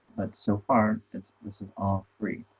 but so far, this is all free